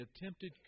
attempted